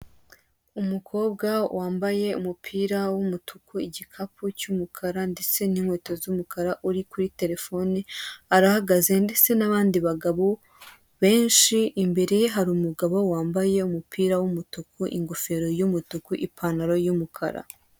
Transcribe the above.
Umukobwa wambaye umupira w'umutuku, igikapu cy'umukara ndetse n'inkweto z'umukara, uri kuri telefone arahagaze ndetse n'abandi bagabo benshi, imbere ye hari umugabo wambaye umupira w'umutuku, ingofero y'umutuku, ipantaro y'umukara.